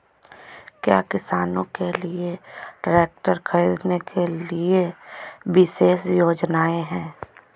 क्या किसानों के लिए ट्रैक्टर खरीदने के लिए विशेष योजनाएं हैं?